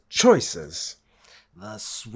choices